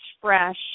fresh